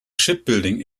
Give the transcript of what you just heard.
shipbuilding